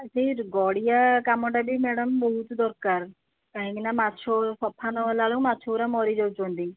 ସେହି ଗଡ଼ିଆ କାମଟା ବି ମ୍ୟାଡ଼ମ ବହୁତ ଦରକାର କାହିଁକି ନା ମାଛ ସଫା ନହେଲା ବେଳକୁ ମାଛ ଗୁଡ଼ା ମରି ଯାଉଛନ୍ତି